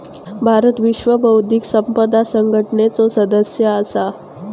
भारत विश्व बौध्दिक संपदा संघटनेचो सदस्य असा